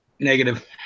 Negative